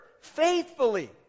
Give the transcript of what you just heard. Faithfully